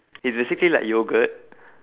he's basically like yoghurt